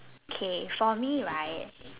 K for me right